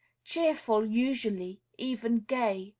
cheerful usually, even gay,